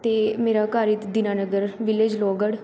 ਅਤੇ ਮੇਰਾ ਘਰ ਦੀਨਾਨਗਰ ਵਿਲੇਜ ਲੋਹਗੜ੍ਹ